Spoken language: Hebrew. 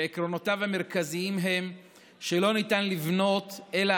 שעקרונותיו המרכזים הם שלא ניתן לבנות אלא